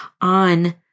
on